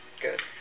Good